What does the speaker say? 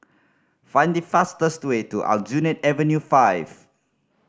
find the fastest way to Aljunied Avenue Five